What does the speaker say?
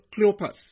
Cleopas